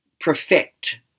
perfect